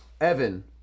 Evan